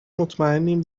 مطمئنیم